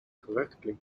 correctly